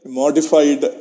modified